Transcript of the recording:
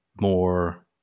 more